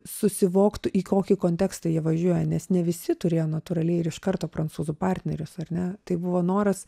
susivoktų į kokį kontekstą jie važiuoja nes ne visi turėjo natūraliai ir iš karto prancūzų partnerius ar ne tai buvo noras